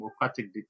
democratic